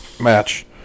match